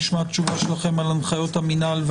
נשמע תשובה שלכם על הנחיות המינהל,